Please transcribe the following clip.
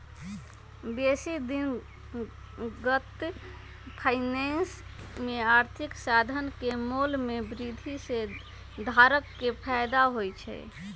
बेशी दिनगत फाइनेंस में आर्थिक साधन के मोल में वृद्धि से धारक के फयदा होइ छइ